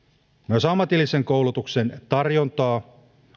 myös ammatillisen koulutuksen tarjontaa